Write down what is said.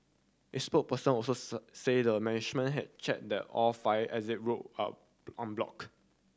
its spokesperson also said the management had check the all fire exit route are unblock